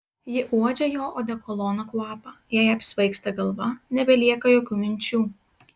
ji uodžia jo odekolono kvapą jai apsvaigsta galva nebelieka jokių minčių